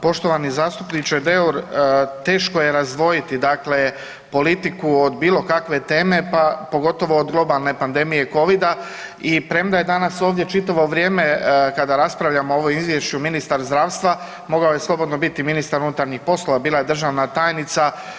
Poštovani zastupniče Deur, teško je razdvojiti dakle politiku od bilo kakve teme, pa pogotovo od globalne pandemije covida i premda je danas ovdje čitavo vrijeme, kada raspravljamo o ovom izvješću, ministar zdravstva, mogao je slobodno biti i ministar unutarnjih poslova, bila je državna tajnica.